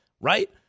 Right